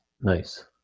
Nice